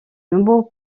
nombreux